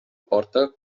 porta